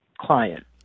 client